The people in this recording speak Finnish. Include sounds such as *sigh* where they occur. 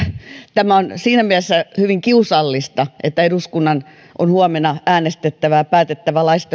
tämä on siinä mielessä hyvin kiusallista että eduskunnan on huomenna äänestettävä ja päätettävä laista *unintelligible*